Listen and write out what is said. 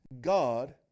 God